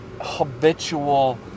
habitual